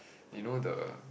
you know the